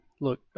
look